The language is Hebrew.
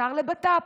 השר לבט"פ,